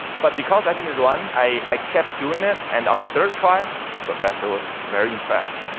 but because i didn't run i kept doing it and on the third try the professor was very impressed.